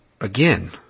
Again